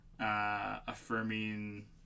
Affirming